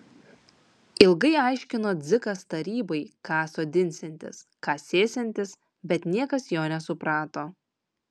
ilgai aiškino dzikas tarybai ką sodinsiantis ką sėsiantis bet niekas jo nesuprato